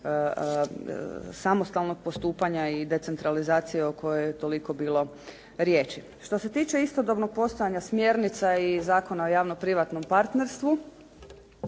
samostalnog postupanja i decentralizacije o kojoj je toliko bilo riječi. Što se tiče istodobnog postojanja smjernica i Zakona o javno-privatnom partnerstvu